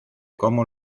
cómo